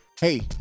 hey